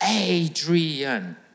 Adrian